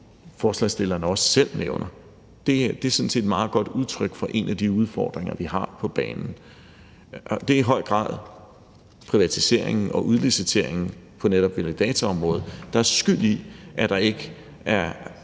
som forslagsstillerne også selv nævner. Det er sådan set et meget godt udtryk for en af de udfordringer, vi har på banen. Det er i høj grad privatiseringen og udliciteringen på netop validatorområdet, der er skyld i, at vi ikke har